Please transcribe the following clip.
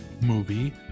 movie